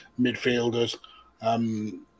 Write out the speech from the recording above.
midfielders